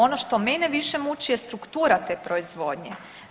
Ono što mene više muči je struktura te proizvodnje.